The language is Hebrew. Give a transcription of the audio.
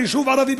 ביישוב ערבי,